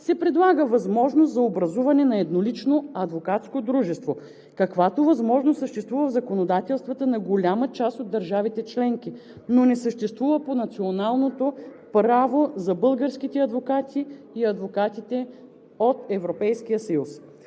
се предлага възможност за образуване на еднолично адвокатско дружество, каквато възможност съществува в законодателствата на голяма част от държавите членки, но не съществува по националното право за българските адвокати и адвокатите от Европейския съюз.